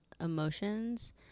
emotions